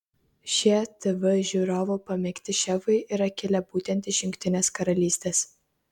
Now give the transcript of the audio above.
šie tv žiūrovų pamėgti šefai yra kilę būtent iš jungtinės karalystės